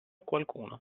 qualcuno